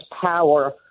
power